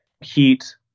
heat